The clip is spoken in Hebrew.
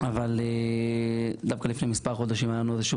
אבל דווקא לפני מספר חודשים היה לנו איזה שהוא